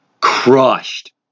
crushed